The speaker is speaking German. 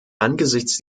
angesichts